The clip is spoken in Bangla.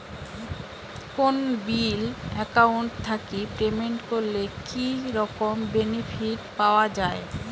কোনো বিল একাউন্ট থাকি পেমেন্ট করলে কি রকম বেনিফিট পাওয়া য়ায়?